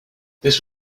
this